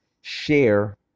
share